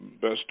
Best